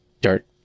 dirt